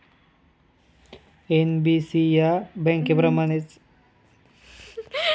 NBFC या बँकांप्रमाणेच कार्य करतात, मग बँका व एन.बी.एफ.सी मध्ये काय फरक आहे?